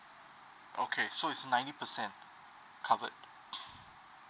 okay so it's ninety percent covered